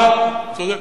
צודק,